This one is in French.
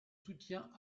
soutien